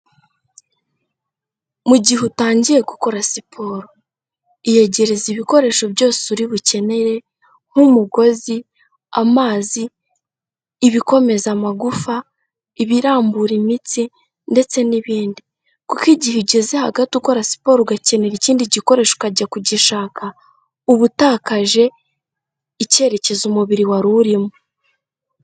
Mu gihe utangiye gukora siporo, iyegereza ibikoresho byose uri bukene nk'umugozi, amazi, ibikomeza amagufa, ibirambura imitsi ndetse n'ibindi. Kuko igihe ugeze hagati ukora siporo ugakenera ikindi gikoresho ukajya kugishaka, uba utakaje icyerekezo umubiri wari urimo.